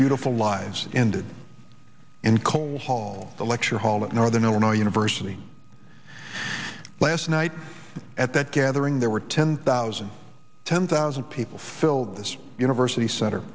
beautiful lives ended in cold hall the lecture hall at northern illinois university last night at that gathering there were ten thousand ten thousand people filled this university center